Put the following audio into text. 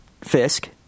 fisk